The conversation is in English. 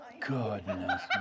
Goodness